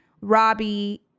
Robbie